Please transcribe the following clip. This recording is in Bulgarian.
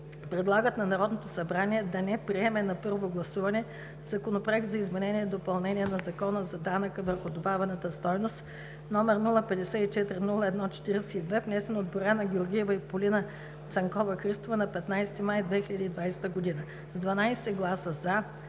предлагат на Народното събрание да не приеме на първо гласуване Законопроект за изменение и допълнение на Закона за данък върху добавената стойност, № 054-01-42, внесен от Боряна Георгиева и Полина Цанкова-Христова на 15 май 2020 г.; с 12 гласа „за“,